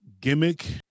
gimmick